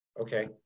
Okay